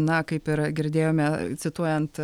na kaip ir girdėjome cituojant